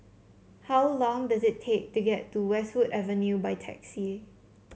how long does it take to get to Westwood Avenue by taxi